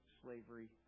slavery